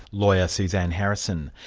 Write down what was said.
lawyer suzanne harrison.